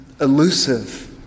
elusive